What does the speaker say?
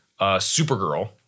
Supergirl